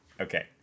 Okay